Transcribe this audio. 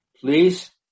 please